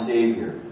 Savior